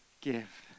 give